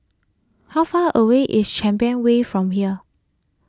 how far away is Champion Way from here